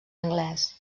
anglès